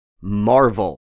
marvel